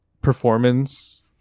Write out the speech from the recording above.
performance